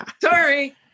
Sorry